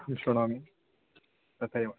अहं शृणोमि तथैव